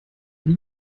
nie